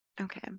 Okay